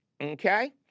Okay